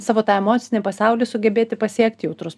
savo tą emocinį pasaulį sugebėti pasiekti jautrus